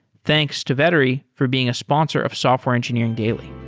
thanks to vettery for being a sponsor of software engineering daily